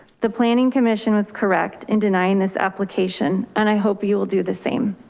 the planning commission was correct in denying this application and i hope you will do the same.